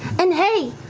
and hey,